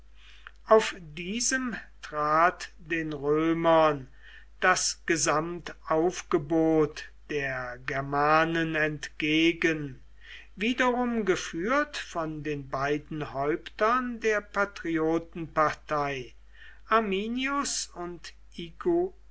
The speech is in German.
auf diesem trat den römern das gesamtaufgebot der germanen entgegen wiederum geführt von den beiden häuptern der patriotenpartei arminius und